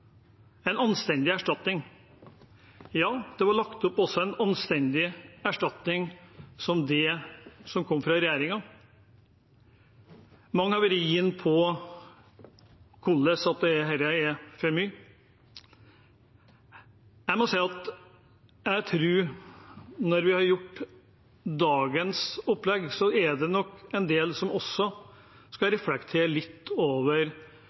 En anstendig erstatning – ja, det var lagt opp til en anstendig erstatning, det som kom fra regjeringen. Mange har vært inne på hvordan dette har vært for mye. Jeg må si at jeg tror at når vi har gjort dagens opplegg, så er det nok en del som også skal reflektere litt over